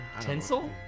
Tinsel